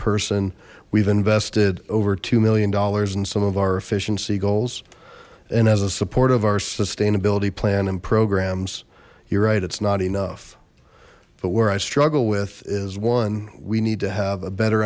person we've invested over two million dollars in some of our efficiency goals and as a support of our sustainability plan and programs you're right it's not enough but where i struggle with is one we need to have a better